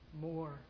more